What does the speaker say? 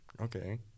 Okay